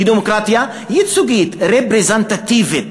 היא דמוקרטיה ייצוגית, רפרזנטטיבית.